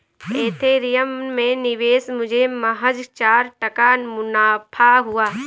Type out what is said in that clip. Ethereum में निवेश मुझे महज चार टका मुनाफा हुआ